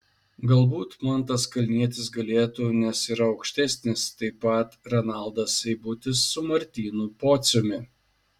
galbūt mantas kalnietis galėtų nes yra aukštesnis taip pat renaldas seibutis su martynu pociumi